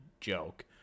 joke